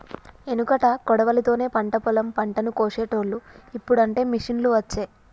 ఎనుకట కొడవలి తోనే పంట పొలం పంటను కోశేటోళ్లు, ఇప్పుడు అంటే మిషిండ్లు వచ్చే